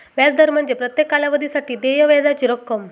व्याज दर म्हणजे प्रत्येक कालावधीसाठी देय व्याजाची रक्कम